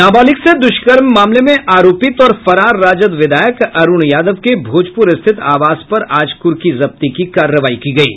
नाबालिग से दुष्कर्म मामले में आरोपित और फरार राजद विधायक अरुण यादव के भोजपुर स्थित आवास पर आज कुर्की जब्ती की कार्रवाई की गयी